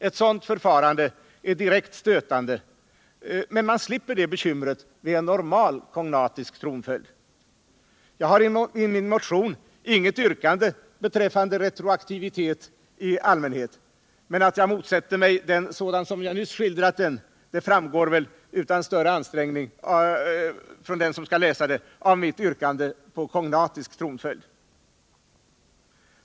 Ett sådant förfarande är direkt stötande, men man slipper det bekymret vid en normal kognatisk tronföljd. Jag har i min motion inget yrkande beträffande retroaktivitet i allmänhet, men att jag motsätter mig den sådan den nyss skildrats framgår — utan större ansträngning av den som skall läsa detta — av mitt yrkande om kognatisk tronföljd.